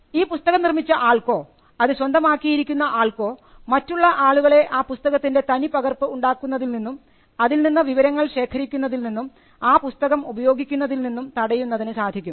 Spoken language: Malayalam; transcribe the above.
ഈ പുസ്തകം നിർമ്മിച്ച ആൾക്കോ അത് സ്വന്തമാക്കിയിരുന്ന ആൾക്കോ മറ്റുള്ള ആളുകളെ ആ പുസ്തകത്തിൻറെ തനി പകർപ്പ് ഉണ്ടാക്കുന്നതിൽ നിന്നും അതിൽനിന്ന് വിവരങ്ങൾ ശേഖരിക്കുന്നതിൽ നിന്നും ആ പുസ്തകം ഉപയോഗിക്കുന്നതിൽ നിന്നും തടയുന്നതിന് സാധിക്കും